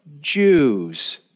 Jews